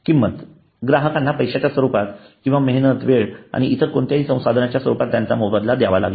किंमत ग्राहकांना पैशाच्या स्वरूपात किंवा मेहनत वेळ आणि इतर कोणत्याही संसाधनांच्या रूपात त्याचा मोबदला द्यावा लागेल